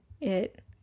It-